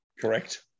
Correct